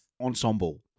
ensemble